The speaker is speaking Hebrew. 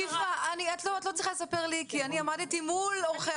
שפרה את לא צריכה לספר לי כי אני עמדתי מול עורכי